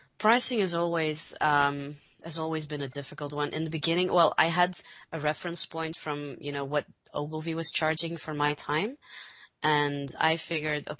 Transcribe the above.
pricing has always has always been a difficult one in the beginning. i had a reference point from you know what ogilvy was charging from my time and i figured,